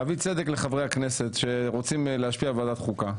להביא צדק לחברי הכנסת שרוצים להשפיע בוועדת החוקה.